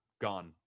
gone